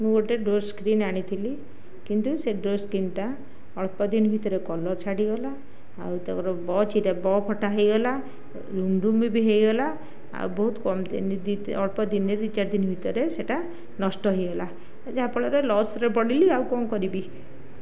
ମୁଁ ଗୋଟିଏ door screen ଆଣିଥିଲି କିନ୍ତୁ ସେ ଡୋର୍ ସ୍କ୍ରିନଟା ଅଳ୍ପ ଦିନ ଭିତରେ କଲର୍ ଛାଡ଼ିଗଲା ଆଉ ତାକର ବ ଛିଟା ବ ଫଟା ହୋଇଗଲା ରୁମରୁମୀ ବି ହୋଇଗଲା ଆଉ ବହୁତ କମ ଦିନ ଅଳ୍ପଦିନ ଦୁଇ ଚାରି ଦିନ ଭିତରେ ସେଟା ନଷ୍ଟ ହୋଇଗଲା ଯାହାଫଳରେ ଲସ୍ରେ ପଡ଼ିଲି ଆଉ କଣ କରିବି